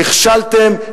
נכשלתם,